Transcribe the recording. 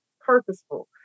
purposeful